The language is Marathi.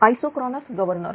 isochronous governor